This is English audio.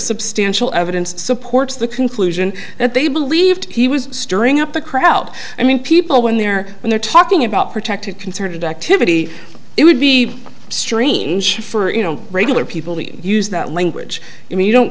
substantial evidence supports the conclusion that they believed he was stirring up the crowd i mean people when they're when they're talking about protected concerted activity it would be streamed for regular people use that language i mean you don't